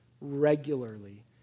regularly